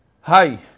Hi